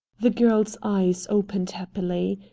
the girl's eyes opened happily.